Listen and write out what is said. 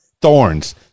Thorns